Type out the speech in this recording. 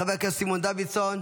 חבר הכנסת סימון דוידסון,